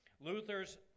Luther's